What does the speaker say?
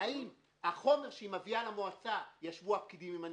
האם החומר שהיא מביאה למועצה ישבו הפקידים עם הנציגים,